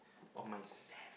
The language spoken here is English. of myself